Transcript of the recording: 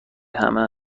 همه